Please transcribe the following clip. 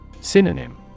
Synonym